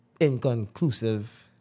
inconclusive